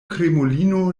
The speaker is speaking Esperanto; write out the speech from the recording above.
krimulino